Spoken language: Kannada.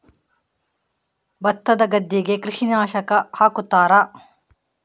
ಭತ್ತದ ಗದ್ದೆಗೆ ಕೀಟನಾಶಕ ಹಾಕುತ್ತಾರಾ?